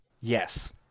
yes